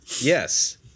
Yes